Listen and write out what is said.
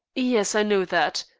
yes, i know that.